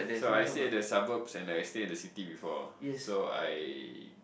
so I stay at the suburbs and I stay in the city before so I